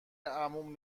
عموم